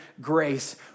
grace